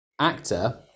actor